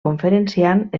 conferenciant